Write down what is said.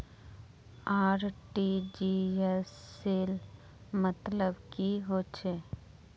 RTGS सेल मतलब की होचए?